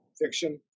fiction